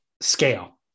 scale